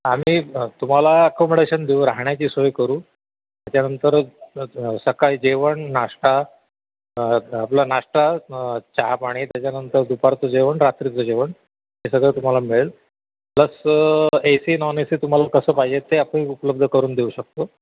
आम्ही तुम्हाला अकोमडेशन देऊ राहण्याची सोय करू त्याच्यानंतर सकाळी जेवण नाश्ता आपला नाश्ता चहा पाणी त्याच्यानंतर दुपारचं जेवण रात्रीचं जेवण हे सगळं तुम्हाला मिळेल plus A C non A C तुम्हाला कसं पाहिजे ते आपण उपलब्ध करून देऊ शकतो